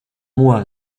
moi